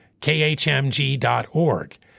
khmg.org